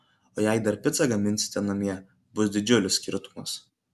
o jei dar picą gaminsite namie bus didžiulis skirtumas